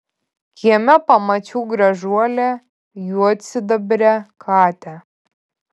kieme pamačiau gražuolę juodsidabrę katę